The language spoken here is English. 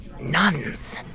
nuns